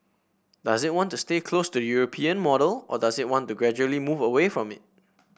does it want to stay close to the European model or does it want to gradually move away from it